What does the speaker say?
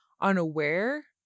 unaware